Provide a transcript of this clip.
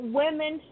women